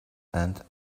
and